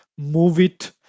Moveit